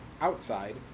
outside